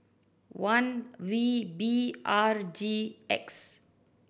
one V B R G X